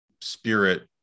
spirit